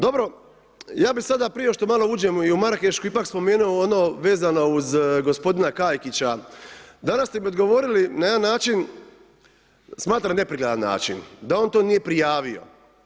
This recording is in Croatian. Dobro, ja bih sada prije što malo uđem i u Marakešku ipak spomenuo ono vezano uz gospodina Kajkića, danas ste mi odgovorili na jedan način, smatram neprikladan način, da on to nije prijavio.